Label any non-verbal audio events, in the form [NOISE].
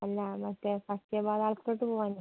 അല്ല മറ്റേ ഫസ്റ്റ് [UNINTELLIGIBLE] പോവാനേ